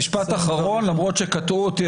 משפט אחרון, למרות שקטעו אותי.